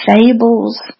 fables